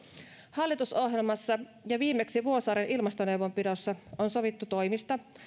hallitusohjelmassa ja viimeksi vuosaaren ilmastoneuvonpidossa on sovittu toimista